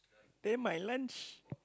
take my lunch